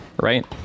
right